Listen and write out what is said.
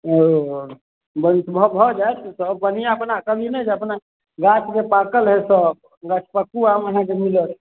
ओ भऽ भऽ जाएत सब बढ़िआँ अपना कमी नहि हइ अपना गाछमे पाकल हइ सब गछपक्कू आम अहाँके मिलत